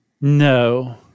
No